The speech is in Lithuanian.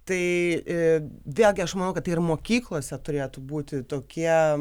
tai vėl gi aš manau kad tai ir mokyklose turėtų būti tokie